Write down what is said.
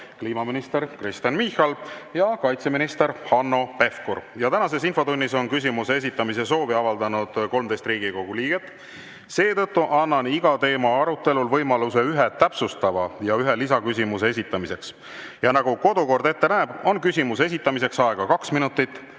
kliimaminister Kristen Michal ja kaitseminister Hanno Pevkur. Tänases infotunnis küsimuse esitamise soovi on avaldanud 13 Riigikogu liiget, seetõttu annan iga teema arutelul võimaluse ühe täpsustava ja ühe lisaküsimuse esitamiseks. Nagu kodukord ette näeb, on küsimuse esitamiseks aega kaks minutit